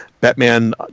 Batman